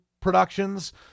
productions